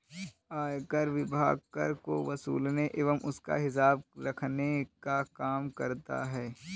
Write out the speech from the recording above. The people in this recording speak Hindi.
आयकर विभाग कर को वसूलने एवं उसका हिसाब रखने का काम करता है